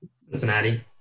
Cincinnati